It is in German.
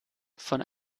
von